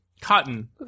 Cotton